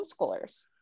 homeschoolers